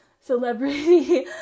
celebrity